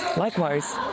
Likewise